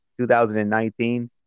2019